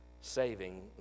saving